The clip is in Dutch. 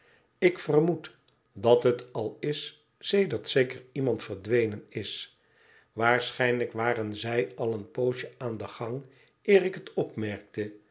ik vermoed dat het al is sedert zeker iemand verdwenen is waarschijnlijk waren zij al een poosje aan den gang eer ik het opmerkte